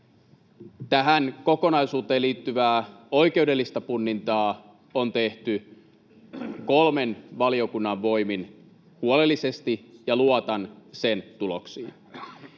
Tähän kokonaisuuteen liittyvää oikeudellista punnintaa on tehty kolmen valiokunnan voimin huolellisesti, ja luotan sen tuloksiin.